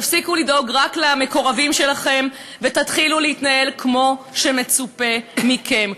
תפסיקו לדאוג רק למקורבים שלכם ותתחילו להתנהל כמו שמצופה מכם.